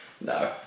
no